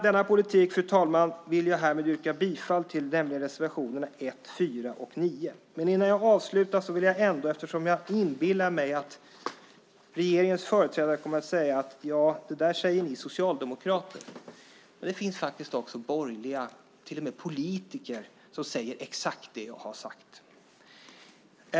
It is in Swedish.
Härmed vill jag yrka bifall till denna politik, nämligen reservationerna 1, 4 och 9. Innan jag avslutar vill jag säga en sak till eftersom jag inbillar mig att regeringens företrädare kommer att säga: Ja, det där säger ni socialdemokrater. Men det finns faktiskt borgerliga politiker som säger exakt det jag har sagt.